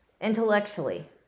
intellectually